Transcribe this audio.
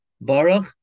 Baruch